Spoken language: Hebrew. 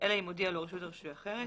אלא אם הודיע לרשות הרישוי אחרת.